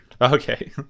Okay